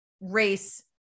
race